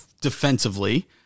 defensively